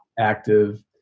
active